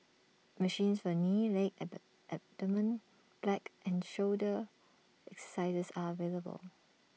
machines for knee leg ab abdomen black and shoulder exercises are available